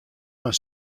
mar